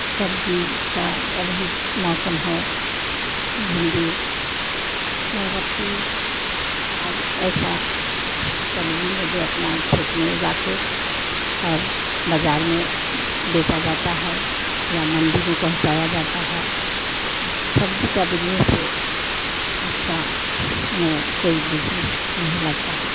सब्ज़ी का अभी मौसम है भिन्डी बरबट्टी साग ऐसी सब्ज़ी है जो अपना खेत में उगाकर और बाज़ार में बेचा जाता है या मंडी में पहुँचाया जाता है सब्ज़ी का बिजनेस से अच्छा हमें कोई बिजनेस नहीं लगता है